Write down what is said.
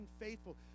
unfaithful